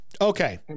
Okay